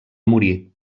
morir